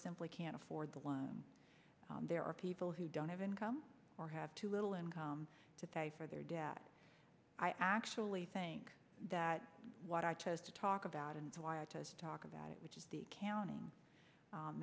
simply can't afford the one there are people who don't have income or have too little income to pay for their debt i actually think that what i chose to talk about and why i chose to talk about it which is the counting